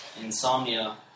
Insomnia